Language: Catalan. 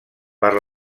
per